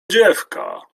dziewka